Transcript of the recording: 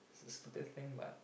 it's a stupid thing but